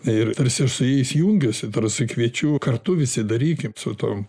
ir tarsi su jais jungiuosi tarsi kviečiu kartu visi darykim su tom